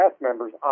members